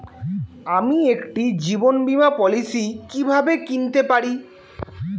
আমি একটি জীবন বীমা পলিসি কিভাবে কিনতে পারি?